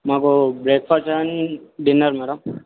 మాకు breakfast and dinner madam